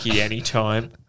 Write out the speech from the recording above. anytime